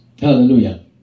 Hallelujah